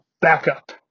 backup